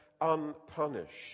unpunished